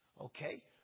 Okay